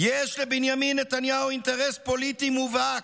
"יש לבנימין נתניהו אינטרס פוליטי מובהק,